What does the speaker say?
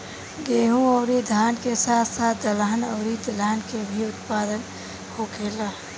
गेहूं अउरी धान के साथ साथ दहलन अउरी तिलहन के भी उत्पादन होखेला